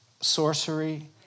sorcery